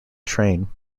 train